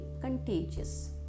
contagious